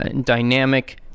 dynamic